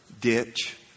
ditch